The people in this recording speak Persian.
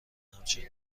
همچنین